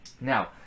Now